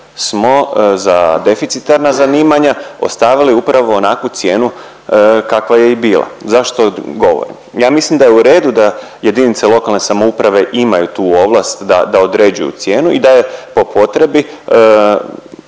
smo za deficitarna zanimanja ostavili upravo onakvu cijenu kakva je i bila. Zašto to govorim? Ja mislim da je u redu da JLS imaju tu ovlast da, da određuju cijenu i da je po potrebi